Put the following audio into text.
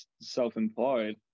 self-employed